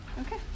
okay